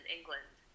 England